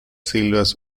selvas